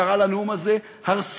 קראה לנאום הזה הרסני.